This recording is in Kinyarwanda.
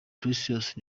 precious